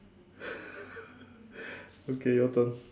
okay your turn